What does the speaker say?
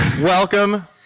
welcome